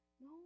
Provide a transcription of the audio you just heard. No